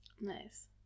Nice